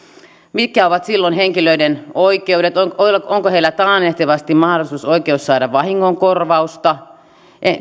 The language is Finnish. mitkä ovat silloin henkilöiden oikeudet onko heillä taannehtivasti mahdollisuus oikeus saada vahingonkorvausta